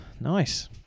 Nice